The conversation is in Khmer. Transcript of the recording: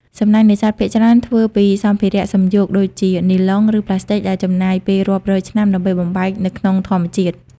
សំណាញ់នេសាទភាគច្រើនធ្វើពីសម្ភារៈសំយោគដូចជានីឡុង ឬប្លាស្ទិក ដែលចំណាយពេលរាប់រយឆ្នាំដើម្បីបំបែកនៅក្នុងធម្មជាតិ។